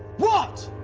what?